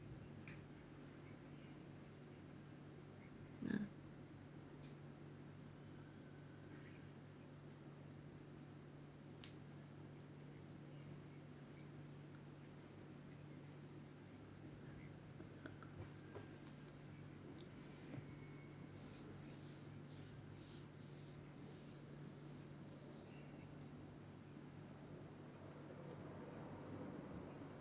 uh uh